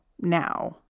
now